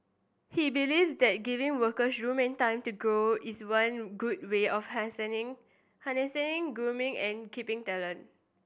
he believes that giving workers room and time to grow is one good way of harnessing grooming and keeping talent